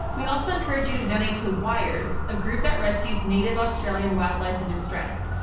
we also encourage you to donate to wires, a group that rescues native australian wildlife and distress.